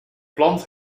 plant